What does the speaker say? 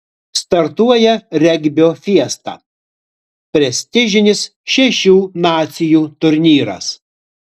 startuoja regbio fiesta prestižinis šešių nacijų turnyras